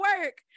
work